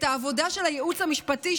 לעבודה של הייעוץ המשפטי,